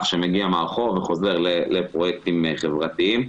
שמגיע מהרחוב וחוזר לפרויקטים חברתיים.